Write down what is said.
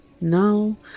Now